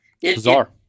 bizarre